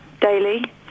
daily